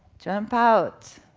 jump out,